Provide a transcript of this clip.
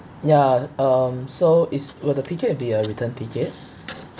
ya um so is will the ticket will be a return tickets